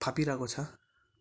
फापी रहेको छ